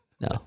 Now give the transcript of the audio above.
no